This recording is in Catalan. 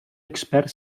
expert